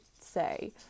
say